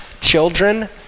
children